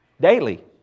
daily